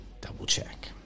double-check